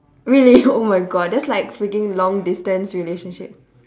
really oh my god that's like freaking long distance relationship